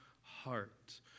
heart